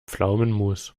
pflaumenmus